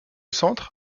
centre